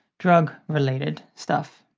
drug related stuff.